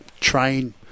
train